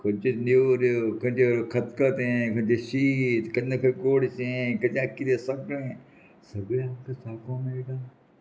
खंच्यो नेवऱ्यो खंयचे खतखतें खंयचे शीत केन्ना खंय गोडशें हे कितें सगळें सगळ्यांक चाकूंक मेळटा